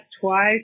twice